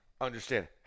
understand